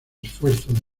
esfuerzo